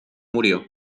murió